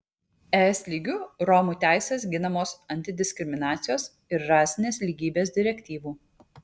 es lygiu romų teisės ginamos antidiskriminacijos ir rasinės lygybės direktyvų